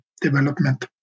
development